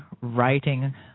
writing